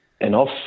enough